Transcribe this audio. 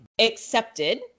accepted